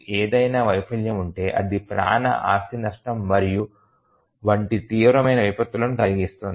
ఏదైనా వైఫల్యం ఉంటే అది ప్రాణ ఆస్తి నష్టం మరియు వంటి తీవ్రమైన విపత్తులను కలిగిస్తుంది